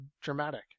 dramatic